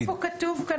איפה כתוב כאן?